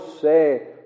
say